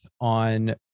on